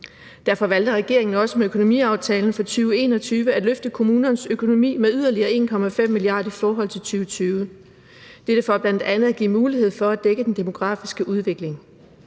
Derfor valgte regeringen også med økonomiaftalen for 2021 at løfte kommunernes økonomi med yderligere 1,5 mia. kr. i forhold til 2020; dette for bl.a. at give mulighed for at dække den demografiske udvikling.